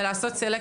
ולעשות סלקציה.